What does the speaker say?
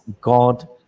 God